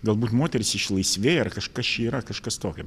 galbūt moterys išlaisvėjo ar kažkas čia yra kažkas tokio